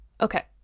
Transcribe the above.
Okay